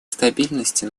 стабильности